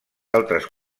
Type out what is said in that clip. altres